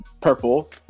purple